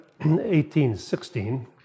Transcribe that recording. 1816